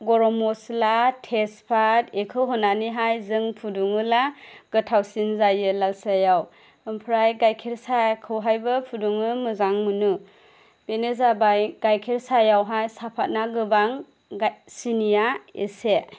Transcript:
गरम मस्ला तेजपात एखौ होनानैहाय जों फुदुङोला गोथावसिन जायो लाल साहायाव ओमफ्राय गायखेर साहाखौहायबो फुदुंनो मोजां मोनो बेनि जाबाय गायखेर साहायावहाय साहाफाथा गोबां गाय सिनिया एसे